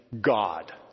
God